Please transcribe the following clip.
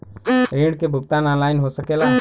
ऋण के भुगतान ऑनलाइन हो सकेला?